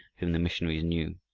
whom the missionaries knew.